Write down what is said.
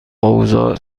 اوضاع